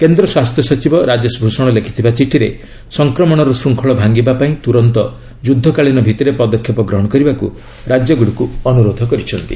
କେନ୍ଦ୍ର ସ୍ୱାସ୍ଥ୍ୟ ସଚିବ ରାଜେଶ ଭୂଷଣ ଲେଖିଥିବା ଚିଠିରେ ସଂକ୍ରମଣର ଶୃଙ୍ଖଳ ଭାଙ୍ଗିବା ପାଇଁ ତୁରନ୍ତ ଯୁଦ୍ଧକାଳୀନ ଭିଭିରେ ପଦକ୍ଷେପ ଗ୍ରହଣ କରିବାକୁ ରାଜ୍ୟଗୁଡ଼ିକୁ ଅନୁରୋଧ କରିଛନ୍ତି